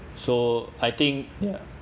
so I think ya